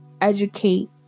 educate